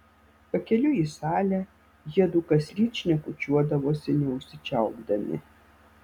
pakeliui į salę jiedu kasryt šnekučiuodavosi neužsičiaupdami